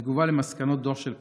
בתגובה על מסקנות הדוח של פרופ'